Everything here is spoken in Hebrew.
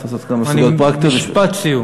תעזוב כמה סוגיות פרקטיות, משפט סיום.